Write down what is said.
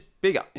bigger